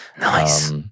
nice